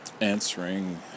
answering